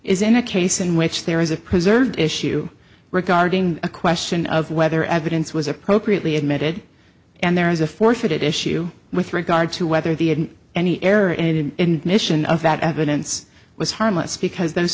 is in a case in which there is a preserved issue regarding a question of whether evidence was appropriately admitted and there is a forfeited issue with regard to whether the any error in mission of that evidence was harmless because those